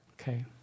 Okay